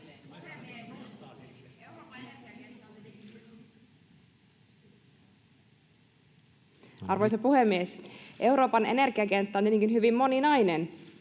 Arvoisa puhemies! Euroopan energiakenttä on tietenkin hyvin moninainen.